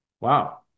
wow